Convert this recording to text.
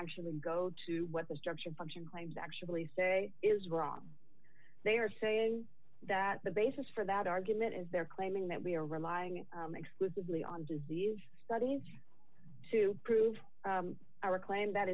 actually go to what the structure function claims actually say is wrong they are saying that the basis for that argument is they're claiming that we are relying exclusively on disease studies to prove our claim that